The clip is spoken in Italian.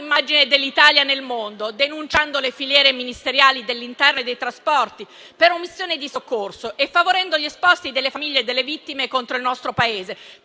dell'Italia nel mondo, denunciando le filiere ministeriali dell'interno e dei trasporti per omissione di soccorso, favorendo gli esposti delle famiglie delle vittime contro il nostro Paese